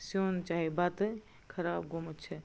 سیٛن چاہے بتہٕ خراب گوٚمُت چھُ